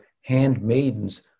handmaidens